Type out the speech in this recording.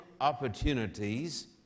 opportunities